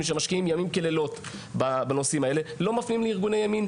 שמשקיעים לילות כימים בנושאים האלה לארגוני ימין.